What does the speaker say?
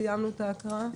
סיימנו את ההקראה.